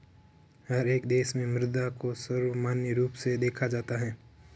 हर एक देश में मुद्रा को सर्वमान्य रूप से देखा जाता है